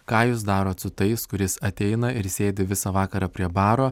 ką jūs darot su tais kuris ateina ir sėdi visą vakarą prie baro